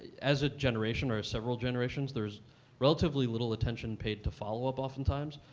as a generation or several generations, there's relatively little attention paid to follow-up oftentimes.